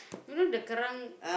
you know the current